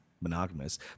monogamous